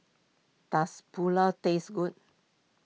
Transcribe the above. does Pulao tastes good